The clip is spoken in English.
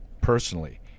personally